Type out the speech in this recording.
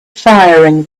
firing